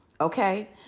okay